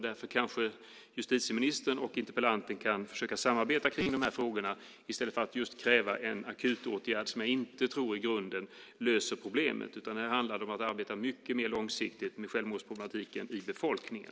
Därför kan kanske justitieministern och interpellanten försöka samarbeta om de här frågorna i stället för att kräva en akutåtgärd som jag inte tror löser problemet i grunden. Här handlar det om att arbeta mycket mer långsiktigt med självmordsproblematiken hos befolkningen.